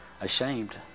ashamed